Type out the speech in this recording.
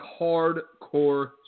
hardcore